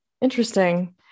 interesting